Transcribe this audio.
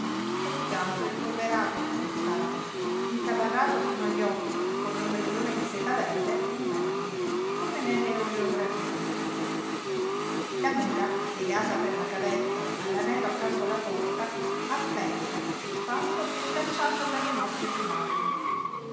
tutto sudato e impolverato d'estate intabarrato fino agli occhi e con l'ombrellone di seta verde d'inverno come nelle oleografie la mula legata per la cavezza all'anello accanto alla porta aspetta sbuffando e scalciando per le mosche culaje